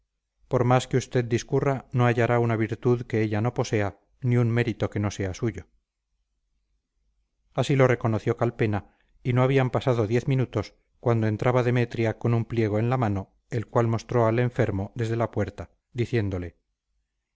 por más que usted discurra no hallará una virtud que ella no posea ni un mérito que no sea suyo así lo reconoció calpena y no habían pasado diez minutos cuando entraba demetria con un pliego en la mano el cual mostró al enfermo desde la puerta diciéndole